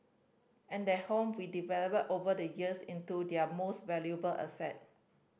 and that home we developed over the years into their most valuable asset